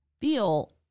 feel